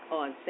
on